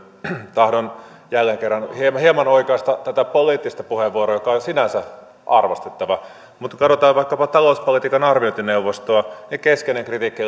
tahdon jälleen kerran hieman hieman oikaista tätä poliittista puheenvuoroa joka on on sinänsä arvostettava mutta kun verrataan vaikkapa talouspolitiikan arviointineuvostoa niin keskeinen kritiikki